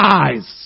eyes